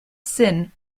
sin